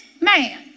man